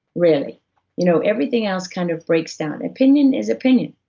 really you know everything else kind of breaks down. opinion is opinion,